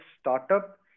startup